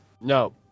No